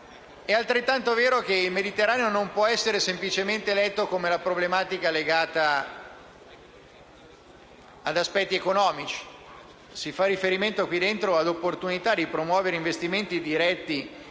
È altrettanto vero che il Mediterraneo non può essere semplicemente letto come una problematica legata ad aspetti economici. Si fa riferimento nel testo ad opportunità di promuovere investimenti diretti